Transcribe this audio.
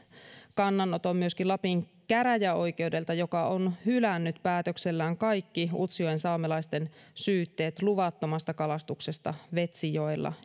kannanoton myöskin lapin käräjäoikeudelta joka on hylännyt päätöksellään kaikki utsjoen saamelaisten syytteet luvattomasta kalastuksesta vetsijoella